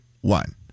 One